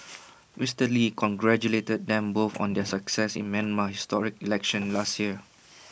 Mister lee congratulated them both on their success in Myanmar's historic elections last year